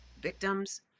victims